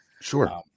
Sure